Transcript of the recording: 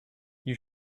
you